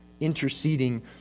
interceding